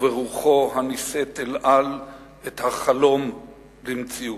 וברוחו הנישאת אל על את החלום למציאות.